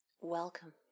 Welcome